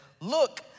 look